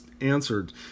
answered